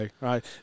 right